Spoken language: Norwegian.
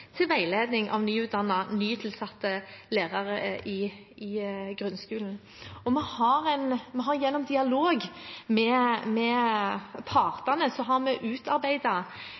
til veiledning av nyutdannede nytilsatte lærere i grunnskolen. Og vi har gjennom dialog med partene